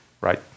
Right